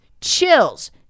chills